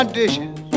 dishes